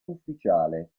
ufficiale